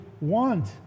want